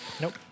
Nope